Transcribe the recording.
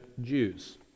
Jews